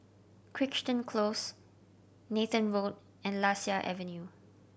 Crichton Close Nathan Road and Lasia Avenue